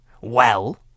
Well